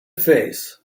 face